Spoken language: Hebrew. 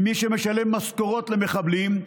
ממי שמשלם משכורות למחבלים,